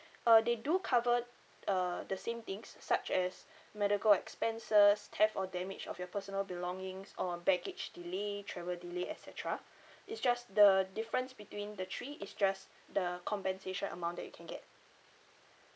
uh they do cover uh the same things such as medical expenses theft or damage of your personal belongings or baggage delay travel delay et cetera it's just the difference between the three is just the compensation amount that you can get